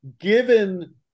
Given